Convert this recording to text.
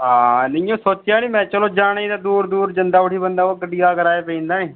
हां नेईं इ'यां सोचेआ नी में चलो जाने ते दूर दूर जंदा उठी बंदा बा गड्डिया दा कराया पेई जंदा नी